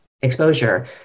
exposure